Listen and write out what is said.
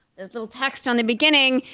there's little text on the beginning,